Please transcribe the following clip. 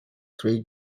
three